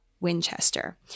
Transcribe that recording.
Winchester